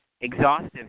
exhaustive